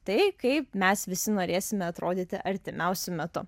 tai kaip mes visi norėsime atrodyti artimiausiu metu